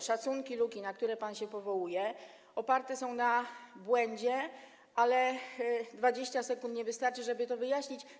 Szacunki luki, na które pan się powołuje, oparte są na błędzie, ale 20 sekund nie wystarczy, żeby to wyjaśnić.